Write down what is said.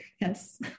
yes